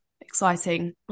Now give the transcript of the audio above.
exciting